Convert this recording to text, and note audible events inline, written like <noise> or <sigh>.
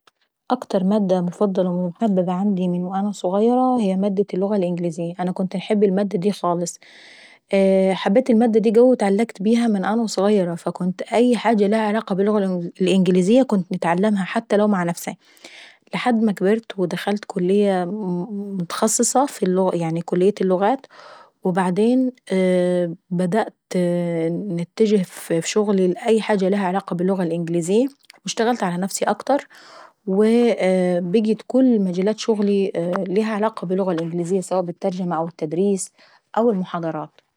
اكتر مادة مفضلة ومحببة عندي من وانا وظغيرة هي مادة اللغة الإنجليزية. انا كنت نحب المادة دي خالص. حبيت المادة دي قوي من وانا وظغيرة فكانت أي حاجة فيها للغة الإنجليزية كنت نتعلماه حتى مع نفساي. لح ما كبرت ودخلت كلية متخصصة في كلية اللغات، وبعدي <hesitation> بدأت نتجه في شغلي في اي حاجة ليها علاقة باللغة الانجليزيي، واشتغلت على نفسي اكتر، <hesitation> بقيت كل مجالات شغلي لي ليها علاقة باللغة الانجليزية- سواء بالترجمة أو التدريس او المحاضرات.